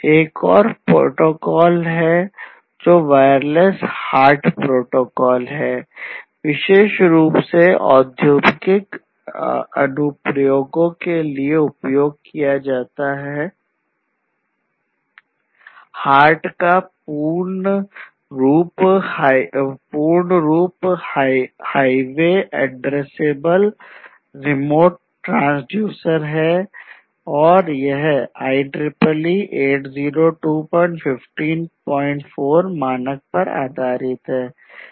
एक और प्रोटोकॉल जो वायरलेस HART प्रोटोकॉल है विशेष रूप से औद्योगिक अनुप्रयोग है और यह IEEE 802154 मानक पर आधारित है